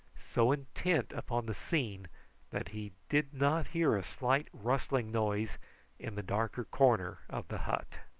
so intent upon the scene that he did not hear a slight rustling noise in the darker corner of the hut.